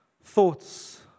Thoughts